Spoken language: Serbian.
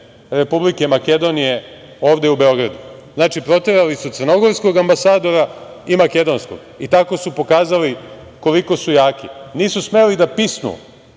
Republike Makedonije ovde u Beogradu. Znači, proterali su crnogorskog ambasadora i makedonskog i tako su pokazali koliko su jaki. Nisu smeli da pisnu